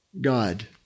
God